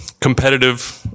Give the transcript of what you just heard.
competitive